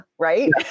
right